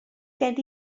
gen